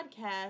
podcast